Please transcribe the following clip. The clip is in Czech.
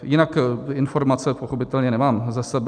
Jinak informace pochopitelně nemám ze sebe.